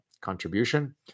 contribution